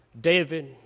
David